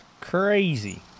Crazy